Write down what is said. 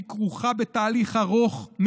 היא כרוכה בתהליך ארוך,